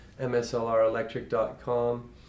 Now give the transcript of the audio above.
mslrelectric.com